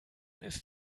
ist